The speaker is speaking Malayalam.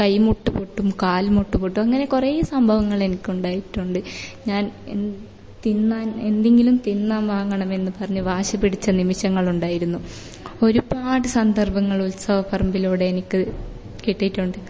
കൈമുട്ട് പൊട്ടും കാൽമുട്ട് പൊട്ടും അങ്ങനെ കുറേ സംഭവങ്ങൾ എനിക്ക് ഉണ്ടായിട്ടുണ്ട് ഞാൻ തിന്നാൻ എന്തെങ്കിലും തിന്നാൻ വാങ്ങണമെന്ന് പറഞ്ഞ് വാശിപിടിച്ച നിമിഷങ്ങൾ ഉണ്ടായിരുന്നു ഒരുപാട് സന്ദർഭങ്ങൾ ഉത്സവപ്പറമ്പിലൂടെ എനിക്ക് കിട്ടിയിട്ടുണ്ട്